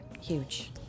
Huge